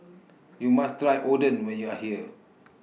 YOU must Try Oden when YOU Are here